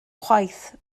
chwaith